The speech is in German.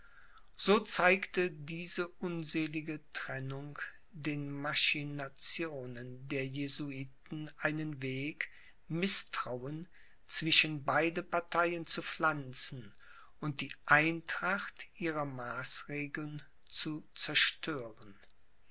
so zeigte diese unselige trennung den machinationen der jesuiten einen weg mißtrauen zwischen beide parteien zu pflanzen und die eintracht ihrer maßregeln zu zerstören